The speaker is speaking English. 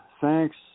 Thanks